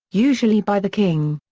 usually by the king.